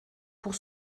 pour